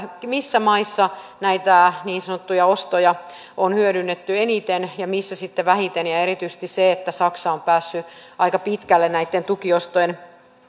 missä maissa näitä niin sanottuja ostoja on hyödynnetty eniten ja missä sitten vähiten ja ja erityisesti se että saksa on päässyt aika pitkälle näitten tukiostojen